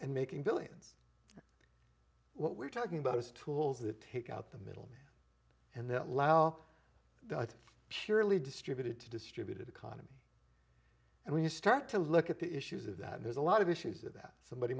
and making billions what we're talking about is tools that take out the middle and that lao it surely distributed to distributed economy and when you start to look at the issues of that there's a lot of issues there that somebody